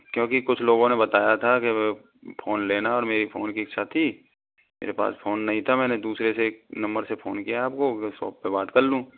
क्योंकि कुछ लोगों ने बताया था कि फोन लेना और मेरे फोन की इच्छा थी मेरे पास फोन नहीं था मैंने दूसरे से एक नंबर से फ़ोन किया आपको सॉप पे बात कर लूँ